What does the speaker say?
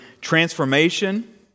transformation